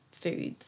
foods